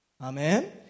Amen